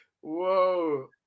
Whoa